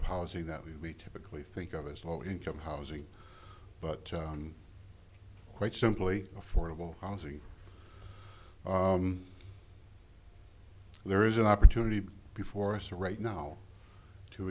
policy that we typically think of as low income housing but quite simply affordable housing there is an opportunity before us right now to